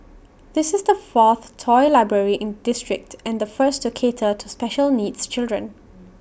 this is the fourth toy library in the district and the first to cater to special needs children